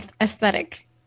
aesthetic